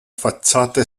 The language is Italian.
facciata